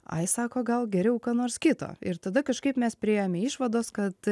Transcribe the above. ai sako gal geriau ką nors kito ir tada kažkaip mes priėjome išvados kad